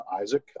isaac